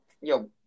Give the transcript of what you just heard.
Yo